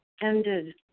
ended